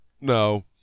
no